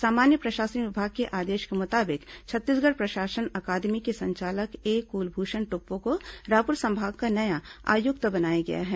सामान्य प्रशासन विभाग के आदेश के मुताबिक छत्तीसगढ़ प्रशासन अकादमी के संचालक ए कुलभूषण टोप्पो को रायपुर संभाग का नया आयुक्त बनाया गया है